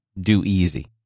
do-easy